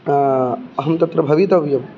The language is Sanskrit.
अहं तत्र भवितव्यं